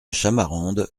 chamarandes